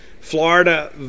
Florida